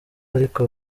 ariko